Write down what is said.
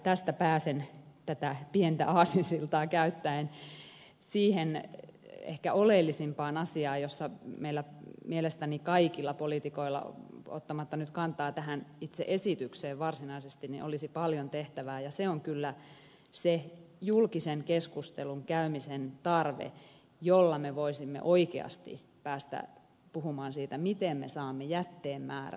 tästä pääsen tätä pientä aasinsiltaa käyttäen siihen ehkä oleellisimpaan asiaan jossa mielestäni meillä kaikilla poliitikoilla ottamatta nyt kantaa tähän itse esitykseen varsinaisesti olisi paljon tehtävää ja se on kyllä se julkisen keskustelun käymisen tarve jolla me voisimme oikeasti päästä puhumaan siitä miten me saamme jätteen määrää vähemmäksi